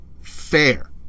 fair